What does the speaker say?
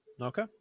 Okay